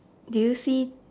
do you see